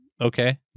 Okay